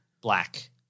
Black